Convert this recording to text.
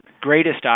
greatest